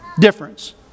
difference